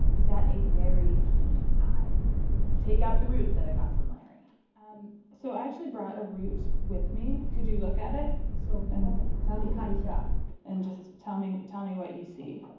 he's got a very keen eye. i take out the root that i got from larry so i actually brought a root with me. could you look at it? so and so kind of yeah and just tell me tell me what you see